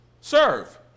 serve